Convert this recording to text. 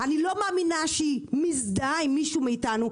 אני לא מאמינה שהיא מזדהה עם מישהו מאיתנו.